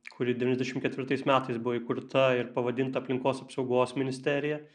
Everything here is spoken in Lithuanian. kuri devyniasdešimt ketvirtais metais buvo įkurta ir pavadinta aplinkos apsaugos ministerija